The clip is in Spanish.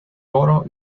oro